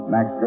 Max